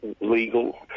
legal